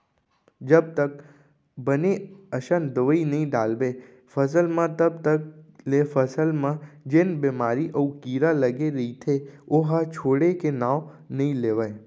जब तक बने असन दवई नइ डालबे फसल म तब तक ले फसल म जेन बेमारी अउ कीरा लगे रइथे ओहा छोड़े के नांव नइ लेवय